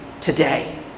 today